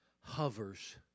hovers